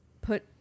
put